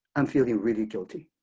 i'm feeling really guilty.